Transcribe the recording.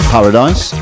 Paradise